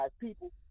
people